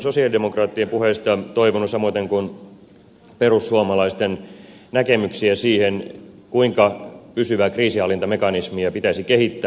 sosialidemokraattien puheesta olisin toivonut samoiten kuin perussuomalaisten näkemyksiä siihen kuinka pysyvää kriisinhallintamekanismia pitäisi kehittää